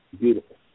beautiful